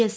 S